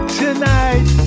tonight